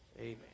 Amen